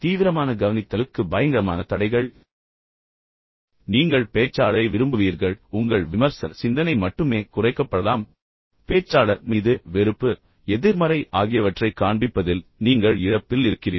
தீவிரமான கவனித்தலுக்கு பயங்கரமான தடைகள் ஆனால் நேர்மறையானவற்றின் அடிப்படையில் குறைந்தபட்சம் நீங்கள் இன்னும் கவனம் செலுத்துவீர்கள் நீங்கள் இன்னும் பேச்சாளரை விரும்புவீர்கள் உங்கள் விமர்சன சிந்தனை மட்டுமே குறைக்கப்படலாம் ஆனால் பேச்சாளர் மீது வெறுப்பு எதிர்மறை ஆகியவற்றைக் காண்பிப்பதில் நீங்கள் முற்றிலும் இழப்பில் இருக்கிறீர்கள்